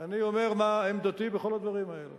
אני אומר מה עמדתי בכל הדברים האלה